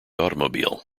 automobile